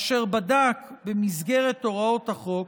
אשר בדק במסגרת הוראות החוק